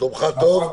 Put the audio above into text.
שלומך טוב?